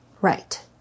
Right